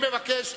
השר.